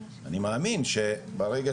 אני מאמין שברגע